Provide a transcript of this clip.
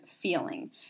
feeling